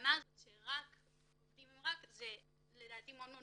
ההכוונה שעובדים "רק עם" זה מאוד בעייתי